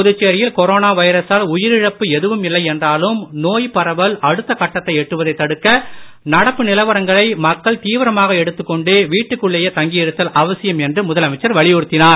புதுச்சேரியில் கொரோனா வைரஸால் உயிரிழப்பு எதுவும் இல்லை என்றாலும் நோய் பரவல் அடுத்த கட்டத்தை எட்டுவதை தடுக்க நடப்பு நிலவரங்களை மக்கள் தீவிரமாக எடுத்துக் கொண்டு வீட்டிற்குள்ளேயே தங்கி இருத்தல் அவசியம் என்று முதலமைச்சர் வலியுறுத்தினார்